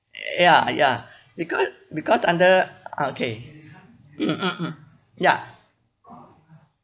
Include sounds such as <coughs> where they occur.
ya ya because because under okay <coughs> ya